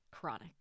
chronic